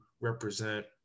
represent